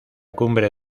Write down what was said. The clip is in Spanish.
cumbre